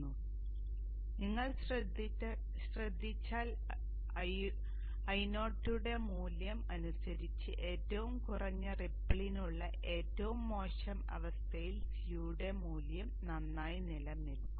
അതിനാൽ നിങ്ങൾ ശ്രദ്ധിച്ചാൽ Io യുടെ മൂല്യം അനുസരിച്ച് ഏറ്റവും കുറഞ്ഞ റിപ്പിളിനുള്ള ഏറ്റവും മോശം അവസ്ഥയിൽ C യുടെ മൂല്യം നന്നായി നിലനിൽക്കും